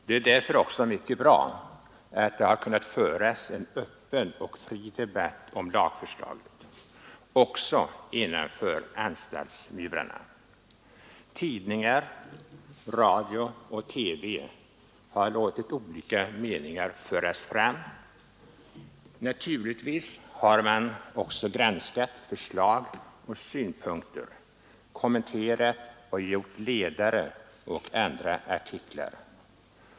Det är mycket bra att det har kunnat föras en öppen och fri debatt om lagförslaget, också innanför anstaltsmurarna. Tidningar, radio och TV har låtit olika meningar föras fram. Naturligtvis har man också granskat förslag och synpunkter, kommenterat och gjort ledare och andra artiklar.